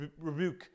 rebuke